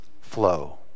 flow